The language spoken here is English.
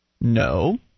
No